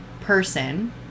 person